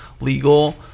legal